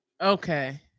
Okay